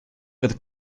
with